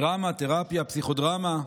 דרמה, תרפיה, פסיכודרמה.